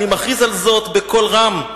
אני מכריז על זאת בקול רם.